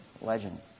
legend